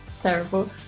terrible